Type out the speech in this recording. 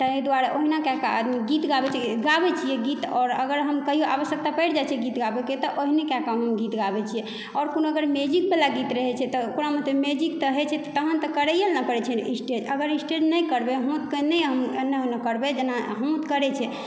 ताहि दुआरे ओहिना कए कऽ आदमी गीत गाबै छै गाबै छियै गीत आओर अगर हम कहियो आवश्यकता परि जाइ छै गीत गाबयके तऽ ओमनी कए कऽ हम गीत गाबै छियै आओर कोनो अगर म्युजिक वला गीत रहै छै तऽ ओकरामे तऽ म्यूजिक तऽ होइ छै तहन तऽ करै लए परै छै ने स्टेप्स अगर स्टेप्स नहि करबै हाथके नहि हम एनो ओनो करबै जेना हाथ करै छै